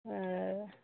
ओ